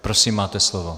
Prosím, máte slovo.